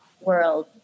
world